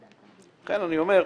לכן אני אומר,